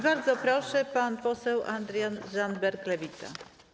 Bardzo proszę, pan poseł Adrian Zandberg, Lewica.